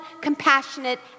compassionate